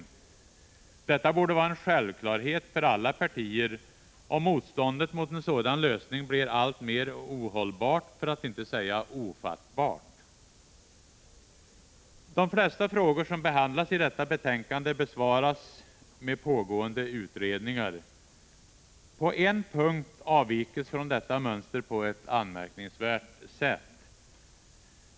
Detta borde vara en självklarhet för alla partier, och motståndet mot en sådan lösning blir alltmer ohållbart, för att inte säga ofattbart. De flesta frågor som behandlas i detta betänkande besvaras med hänvisning till pågående utredningar. På en punkt avviks från detta mönster på ett anmärkningsvärt sätt.